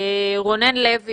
יושב ראש איגוד המוסכים, רונן לוי